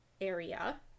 area